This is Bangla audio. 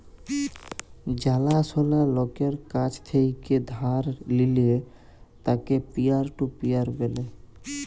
জালা সলা লকের কাছ থেক্যে ধার লিলে তাকে পিয়ার টু পিয়ার ব্যলে